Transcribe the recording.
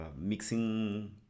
mixing